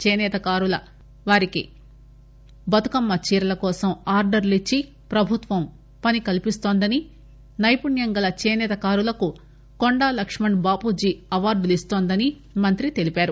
చేసేతకారులకు బతుకమ్మ చీరల కోసం ఆర్డర్లు ఇచ్చి ప్రభుత్వం పని కల్పిస్తోందని నైపుణ్యం గల చేసేతకారులకు కొండా లక్కుణ్ బాపూజీ అవార్డులు ఇస్తోందని మంత్రి తెలిపారు